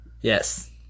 Yes